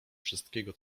wszystkiego